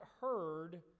heard